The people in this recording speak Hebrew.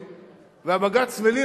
והממשלה,